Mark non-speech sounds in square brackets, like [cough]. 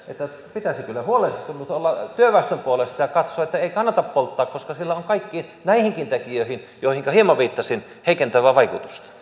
pitäisi huolestunut olla työväestön puolesta ja ja katsoa ettei kannata polttaa koska sillähän on kaikkiin näihinkin tekijöihin joihinka hieman viittasin heikentävää vaikutusta [unintelligible]